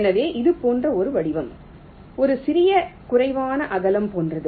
எனவே இது போன்ற ஒரு வடிவம் ஒரு சிறிய குறைவான அகலம் போன்றது